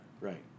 right